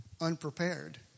unprepared